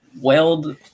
weld